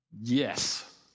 Yes